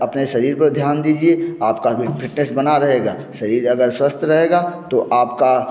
अपने शरीर पर ध्यान दीजिए आपका भी फिटनेस बना रहेगा शरीर अगर स्वस्थ रहेगा तो आपका